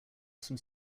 some